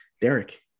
Derek